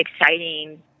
exciting